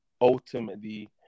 ultimately